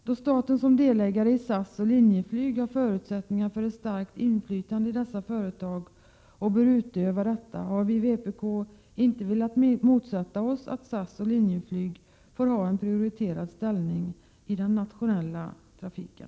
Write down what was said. Då staten som delägare i SAS och Linjeflyg har förutsättningar för ett starkt inflytande i dessa företag och bör utöva detta har vi i vpk inte velat motsätta oss att SAS och Linjeflyg får ha en prioriterad ställning i den nationella trafiken.”